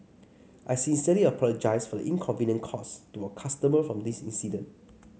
I sincerely apologise for the inconvenience caused to our customer from this incident